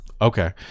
Okay